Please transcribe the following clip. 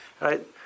Right